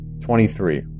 twenty-three